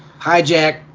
hijack